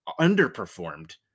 underperformed